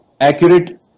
accurate